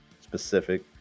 specific